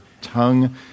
tongue